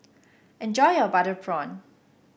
enjoy your Butter Prawn